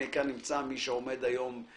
כאן נמצא מר אטלן,